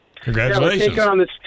Congratulations